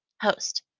Host